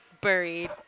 buried